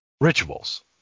rituals